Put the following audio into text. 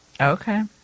Okay